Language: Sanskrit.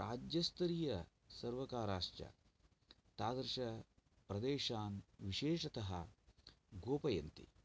राज्यस्तरीयसर्वकाराश्च तादृशप्रदेशान् विशेषतः गोपयन्ति